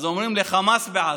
אז אומרים "לחמאס בעזה".